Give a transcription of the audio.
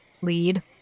lead